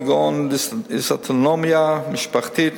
כגון דיסאוטונומיה משפחתית,